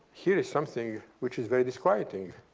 here is something which is very disquieting.